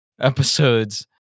episodes